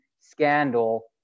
scandal